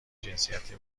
جنسیتی